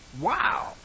Wow